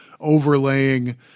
overlaying